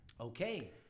Okay